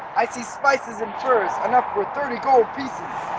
i see spices and furs enough for thirty gold pieces!